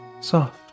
soft